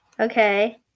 Okay